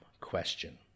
Question